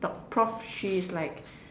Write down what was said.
doc Prof Shi is like